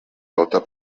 tota